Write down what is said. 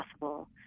possible